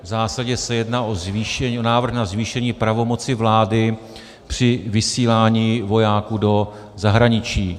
V zásadě se jedná o návrh na zvýšení pravomoci vlády při vysílání vojáků do zahraničí.